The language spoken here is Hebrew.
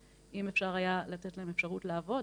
אם אפשר היה לתת להם אפשרות לעבוד,